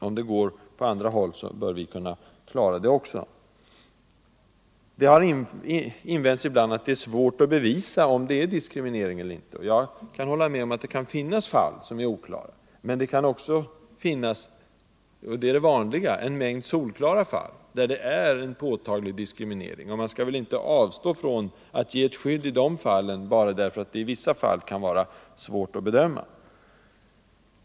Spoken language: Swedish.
Om det går på andra håll bör vi kunna klara det också. Man har ibland invänt att det är svårt att bevisa diskriminering. Jag kan hålla med om att det kan finnas fall som är oklara, men det finns också — och det är det vanliga — en mängd solklara fall av påtaglig diskriminering. Man bör inte avstå ifrån att ge ett skydd i de fallen, bara därför att det i vissa fall kan vara svårt att bedöma saken.